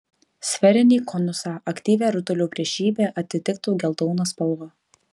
sferinį konusą aktyvią rutulio priešybę atitiktų geltona spalva